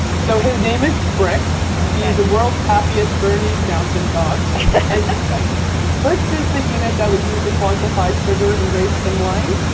so his name is brix. he's yeah the world's happiest bernese mountain dog and brix is the unit that we use the quantify sugar in grapes and wine.